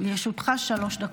לרשותך שלוש דקות.